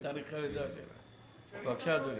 בבקשה, אדוני.